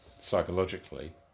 psychologically